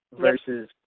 versus